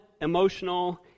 emotional